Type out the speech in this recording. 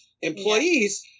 employees